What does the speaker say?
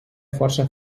força